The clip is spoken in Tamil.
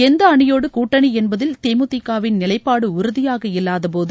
எந்த அணியோடு கூட்டணி தேமுதிக வின் நிலைப்பாடு உறுதியாக இல்லாதபோது